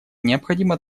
необходимо